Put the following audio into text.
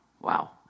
Wow